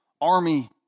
army